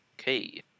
Okay